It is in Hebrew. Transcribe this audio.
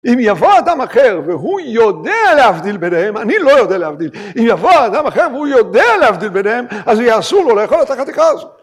אם יבוא אדם אחר והוא יודע להבדיל ביניהם, אני לא יודע להבדיל, אם יבוא אדם אחר והוא יודע להבדיל ביניהם, אז יהיה אסור לו לאכול את החתיכה הזאת.